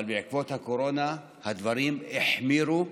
אבל בעקבות הקורונה הדברים החמירו,